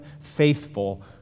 faithful